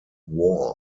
war